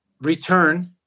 return